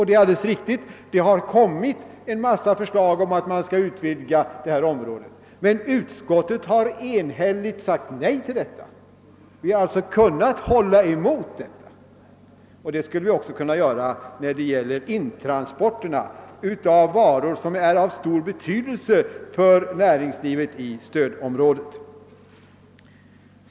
Det har även mycket riktigt framförts en mängd förslag till utvidgning av varuområdet. Utskottet har emellertid enhälligt sagt nej till dessa förslag. Vi har alltså kunnat stå emot dessa önskemål, och så skulle också kunna bli fallet beträffande intransporter av varor som är av stor betydelse för näringslivet i stödområdet.